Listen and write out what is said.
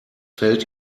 fällt